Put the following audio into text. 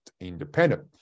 independent